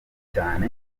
cyane